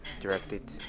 directed